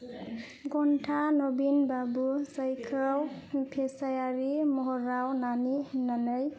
घन्टा नवीन बाबू जायखौ फेसायारि महराव नानी होननानै